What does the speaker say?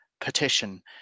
petition